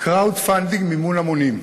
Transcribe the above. crowdfunding, מימון המונים.